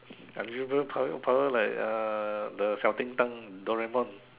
unusual power power like uh the xiao-Ding-dang Doraemon